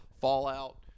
Fallout